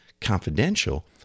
confidential